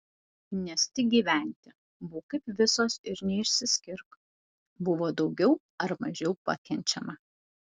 nes tik gyventi būk kaip visos ir neišsiskirk buvo daugiau ar mažiau pakenčiama